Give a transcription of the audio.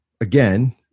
again